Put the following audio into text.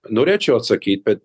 norėčiau atsakyti bet